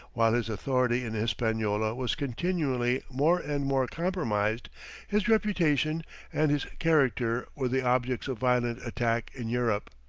while his authority in hispaniola was continually more and more compromised his reputation and his character were the objects of violent attack in europe.